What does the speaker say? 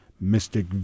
Mystic